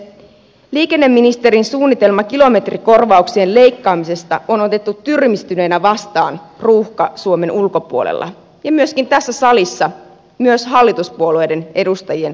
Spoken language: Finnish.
liikenneministerin suunnitelma kilometrikorvauksien leikkaamisesta on otettu tyrmistyneenä vastaan ruuhka suomen ulkopuolella ja myöskin tässä salissa myös hallituspuolueiden edustajien suusta